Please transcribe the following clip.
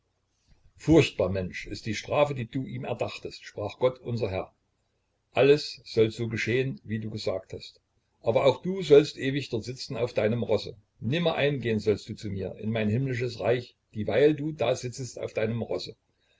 furchtbar mensch ist die strafe die du ihm erdachtest sprach gott unser herr alles soll so geschehen wie du gesagt hast aber auch du sollst ewig dort sitzen auf deinem rosse nimmer eingehen sollst du zu mir in mein himmlisches reich dieweil du da sitzest auf deinem rosse